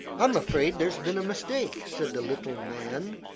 i'm afraid there has been a mistake, said the little man,